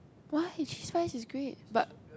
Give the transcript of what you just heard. why cheese fries is great but